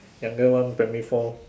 younger one primary four